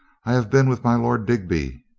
i have been with my lord digby.